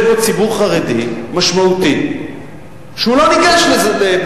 התש"ע 2010, נתקבלה.